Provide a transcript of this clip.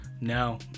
No